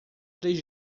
três